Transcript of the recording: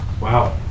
Wow